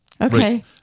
Okay